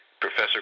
professor